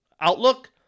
outlook